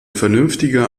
vernünftiger